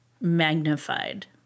magnified